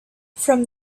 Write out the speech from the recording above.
from